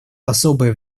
особое